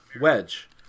Wedge